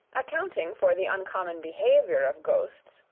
accounting for the uncommon behavior of ghosts,